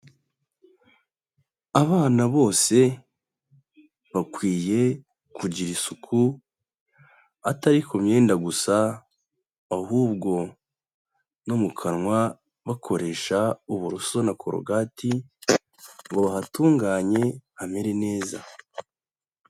Abana bose, bakwiye, vkugira isuku, atari ku myenda gusa, ahubwo no mu kanwa, bakoresha, uburoso na korogati, ngo bahatunganye, hamere neza.